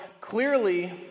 clearly